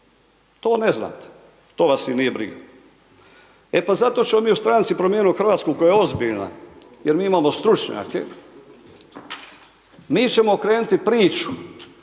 to ne znate, to vas i nije briga. E pa zato ćemo mi u Stranci promijenimo Hrvatsku koja je ozbiljna jer mi imamo stručnjake, mi ćemo okrenuti priču